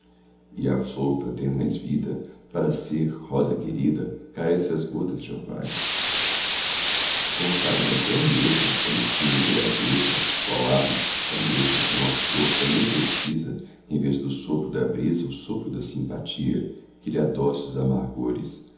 e a flor pra ter mais vida para ser rosa querida carece as gotas de orvalho com o talento é o mesmo quando tímido ele adeja qual ave que se espaneja como a flor também precisa em vez do sopro da brisa o sopro da simpatia que lhe adoce os amargores